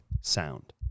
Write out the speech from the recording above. sound